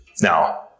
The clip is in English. now